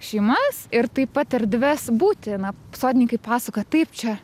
šeimas ir taip pat erdves būtina sodininkai pasakojo taip čia